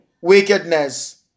wickedness